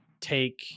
take